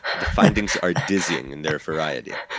the findings are dizzying in their variety.